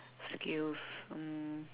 skills um